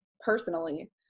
personally